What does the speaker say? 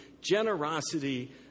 generosity